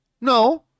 no